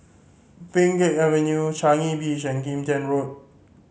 Pheng Geck Avenue Changi Beach and Kim Tian Road